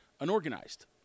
unorganized